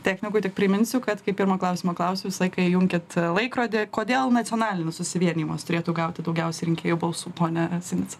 technikui tik priminsiu kad kai pirmą klausimą klausiu visą laiką įjunkit laikrodį kodėl nacionalinis susivienijimas turėtų gauti daugiausiai rinkėjų balsų pone sinica